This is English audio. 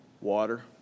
water